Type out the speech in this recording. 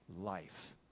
life